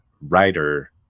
writer